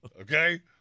okay